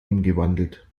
umgewandelt